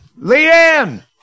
Leanne